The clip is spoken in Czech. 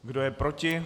Kdo je proti?